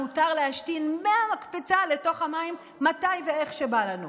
מותר להשתין מהמקפצה לתוך המים מתי ואיך שבא לנו.